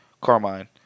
Carmine